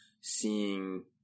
seeing